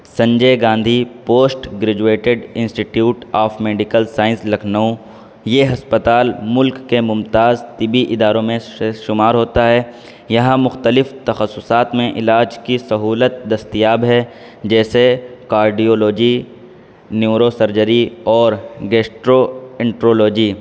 Sanjay Gandhi post graduated institute of medical science Lucknow یہ ہسپتال ملک کے ممتاز طبی اداروں میں شمار ہوتا ہے یہاں مختلف تخصصات میں علاج کی سہولت دستیاب ہے جیسے کارڈیولوجی نیوروسرجری اور گیسٹرو انٹرولوجی